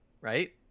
right